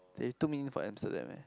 they took me in for Amsterdam eh